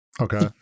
okay